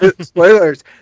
spoilers